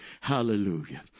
Hallelujah